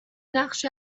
نقش